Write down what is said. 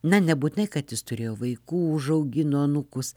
na nebūtinai kad jis turėjo vaikų užaugino anūkus